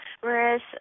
whereas